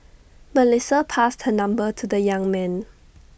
Melissa passed her number to the young man